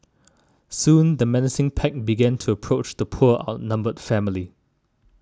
soon the menacing pack began to approach the poor outnumbered family